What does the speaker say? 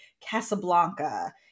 Casablanca